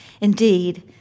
Indeed